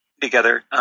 together